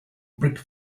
brick